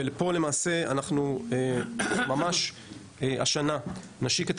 ופה למעשה אנחנו ממש השנה נשיק את